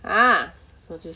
ah